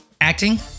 acting